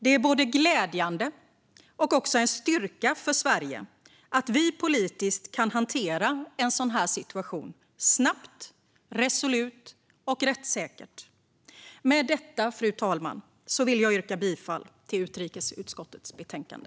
Det är både glädjande och en styrka för Sverige att vi politiskt kan hantera en sådan här situation snabbt, resolut och rättssäkert. Med detta, fru talman, vill jag yrka bifall till utskottets förslag i utrikesutskottets betänkande.